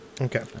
Okay